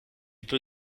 peu